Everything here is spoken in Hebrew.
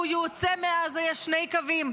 וכשהוא יוצא מעזה יש שני קווים.